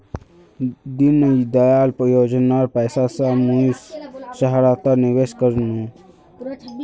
दीनदयाल योजनार पैसा स मुई सहारात निवेश कर नु